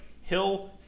Hill